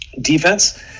defense